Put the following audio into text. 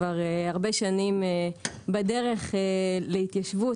כבר הרבה שנים בדרך להתיישבות.